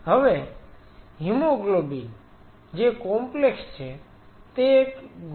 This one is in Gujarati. હવે હિમોગ્લોબિન જે કૉમ્પ્લેક્સ છે